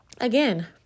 Again